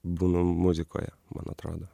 būnu muzikoje man atrodo